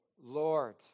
Lord